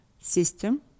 system